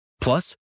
Plus